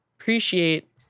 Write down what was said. appreciate